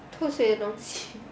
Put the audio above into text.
偷谁的东西